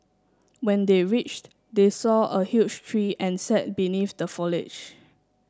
when they reached they saw a huge tree and sat beneath the foliage